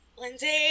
Lindsay